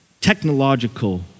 Technological